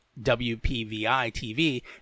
WPVI-TV